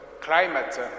climate